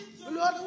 Lord